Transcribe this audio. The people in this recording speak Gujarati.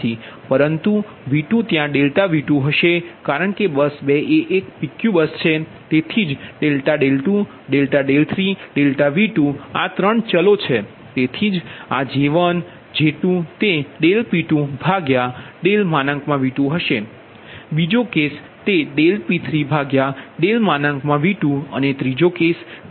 પરંતુ V2ત્યાં ∆V2 હશે કારણ કે બસ 2 એ એક PQ બસ છે તેથી જ ∆2 ∆3∆V2 આ 3 ચલો છે તેથી જ આ J1 J2 તે P2V2 હશે